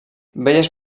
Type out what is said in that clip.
belles